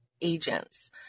agents